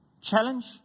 Challenge